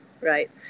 right